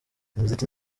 umuziki